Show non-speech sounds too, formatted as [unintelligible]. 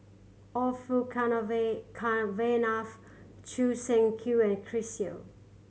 Orfeur [unintelligible] Cavenagh Choo Seng Quee and Chris Yeo